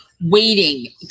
waiting